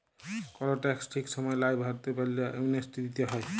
call tax ঠিক সময় লায় ভরতে পারল্যে, অ্যামনেস্টি দিতে হ্যয়